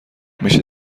میشه